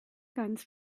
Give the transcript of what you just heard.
guns